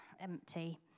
empty